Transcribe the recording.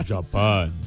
Japan